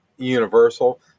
universal